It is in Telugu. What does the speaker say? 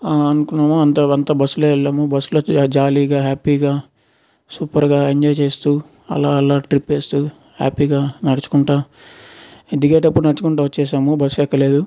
అంత అంత బస్సులో వెళ్ళాము బస్సులో జాలీగా హ్యాపీగా సూపర్గా ఎంజాయ్ చేస్తూ అలా అలా ట్రిప్ వేస్తూ హ్యాపీగా నడుచుకుంటూ దిగేటప్పుడు నడుచుకుంటూ వచ్చేసాము బస్ ఎక్కలేదు